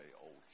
old